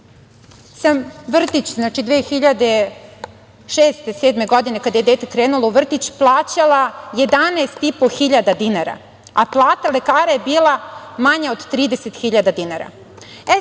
sam vrtić, to je 2006/007 godina, kada je dete krenulo u vrtić, plaćala 11.500 dinara, a plata lekara je bila manja od 30.000 dinara.